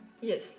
yes